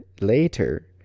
later